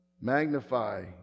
magnify